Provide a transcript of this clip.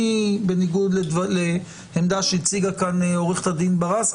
בניגוד לעמדה שהציגה כאן עורכת הדין ברס,